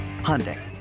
Hyundai